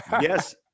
Yes